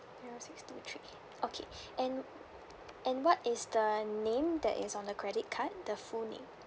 zero six two three okay and and what is the name that is on the credit card the full name